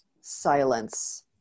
silence